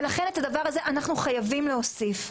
ולכן, את הדבר הזה אנחנו חייבים להוסיף.